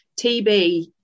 TB